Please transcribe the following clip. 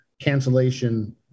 cancellation